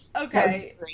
Okay